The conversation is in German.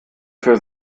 für